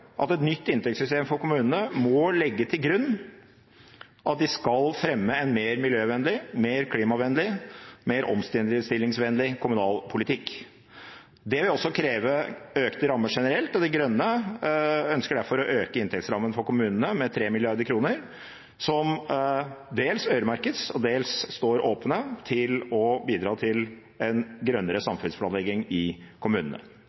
at et nytt inntektssystem for kommunene må legge til grunn at de skal fremme en mer miljøvennlig, mer klimavennlig og mer omstillingsvennlig kommunalpolitikk. Det vil også kreve økte rammer generelt, og De Grønne ønsker derfor å øke inntektsrammen for kommunene med 3 mrd. kr, som dels øremerkes og dels står åpne til å bidra til en grønnere samfunnsplanlegging i kommunene.